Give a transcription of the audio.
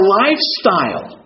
lifestyle